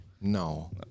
No